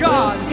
God